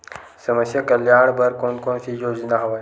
समस्या कल्याण बर कोन कोन से योजना हवय?